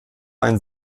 ein